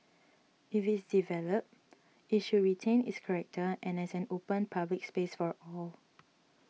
if it's developed it should retain its character an as an open public space for all